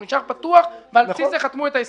הוא נשאר פתוח ועל בסיס זה חתמו את ההסכם.